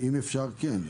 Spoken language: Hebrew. אם אפשר, כן.